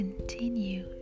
continue